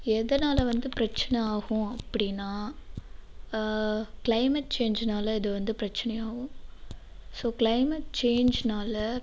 எதனால் வந்து பிரச்சனை ஆகும் அப்படின்னா க்ளைமேட் சேஞ்சுனால இது வந்து பிரச்சனை ஆகும் ஸோ க்ளைமேட் சேஞ்ச்னால